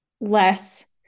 less